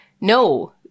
no